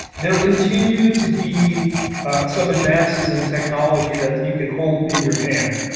there continue to be some advances in technology that you can hold in your hand.